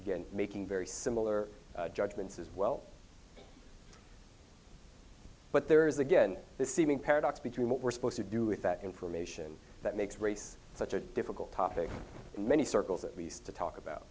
again making very similar judgments as well but there is again this seeming paradox between what we're supposed to do with that information that makes race such a difficult topic in many circles at least to talk about